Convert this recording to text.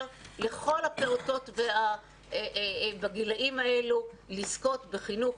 לכל הפעוטות בגילאים האלה לזכות בחינוך